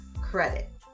credit